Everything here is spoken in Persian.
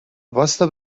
واستا